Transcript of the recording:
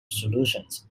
solutions